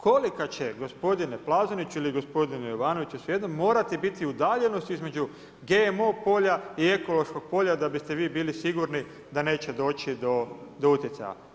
Kolika će gospodine Plazoniću ili gospodine Jovanoviću morati biti udaljenost između GMO polja i ekološkog polja da biste vi bili sigurni da neće doći do utjecaja.